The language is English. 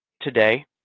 today